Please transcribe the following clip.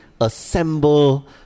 assemble